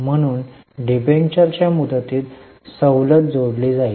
म्हणून डिबेंचरच्या मुदतीत सवलत जोडली जाईल